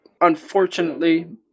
unfortunately